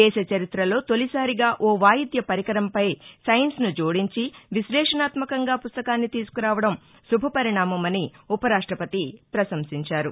దేశ చరిత్రలో తొలిసారిగా ఓ వాయిద్య పరికరంపై సైన్స్ను జోడించి విశ్లేషణాత్మకంగా పుస్తకాన్ని తీసుకురావడం శుభపరిణామమని ఉపరాష్టపతి పశంసించారు